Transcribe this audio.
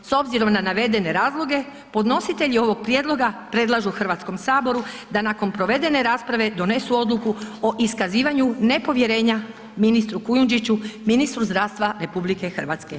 S obzirom na navedene razloge podnositelji ovog prijedloga predlažu Hrvatskom saboru da nakon provedene rasprave donesu odluku o iskazivanju nepovjerenja ministru Kujundžiću, ministru zdravstva RH.